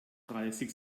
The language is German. dreißig